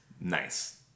nice